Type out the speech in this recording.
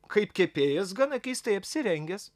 kaip kepėjas gana keistai apsirengęs